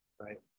right